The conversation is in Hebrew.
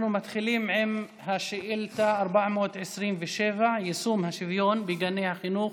אנחנו מתחילים עם שאילתה מס' 427: יישום השוויון בגני החינוך